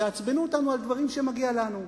תעצבנו אותנו על דברים שמגיעים לנו.